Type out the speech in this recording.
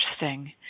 interesting